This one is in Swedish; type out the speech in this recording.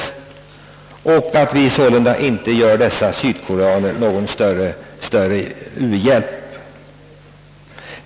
Vi ger samtidigt inte dessa sydkoreaner någon nämnvärd hjälp.